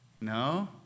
No